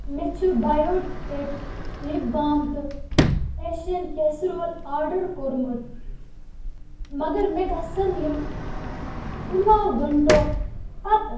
مےٚ چھُ Biotique lip balm تہٕ ایشیَن کٮ۪سِرول آڈَر کوٚرمُت مگر مےٚ گژھَن یِم کُنہٕ وُہ ہَو گَنٛٹو پَتہٕ